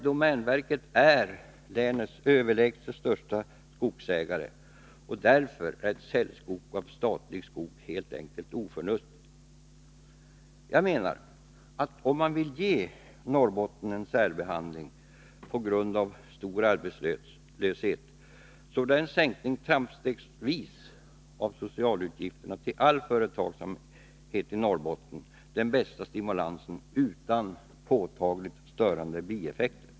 Domänverket är länets överlägset största skogsägare, och därför är ett säljstopp för statlig skog helt enkelt oförnuftigt. Jag menar, om man vill ge Norrbotten en särbehandling på grund av stor arbetslöshet, att en sänkning trappstegsvis av socialutgifterna till all företagsamhet i Norrbotten är den bästa stimulansen, utan påtagligt störande bieffekter.